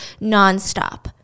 nonstop